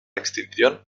extinción